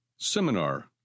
Seminar